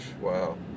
wow